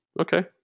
okay